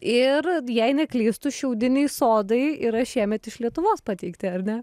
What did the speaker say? ir jei neklystu šiaudiniai sodai yra šiemet iš lietuvos pateikti ar ne